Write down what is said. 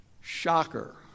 shocker